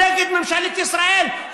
נגד ממשלת ישראל.